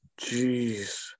Jeez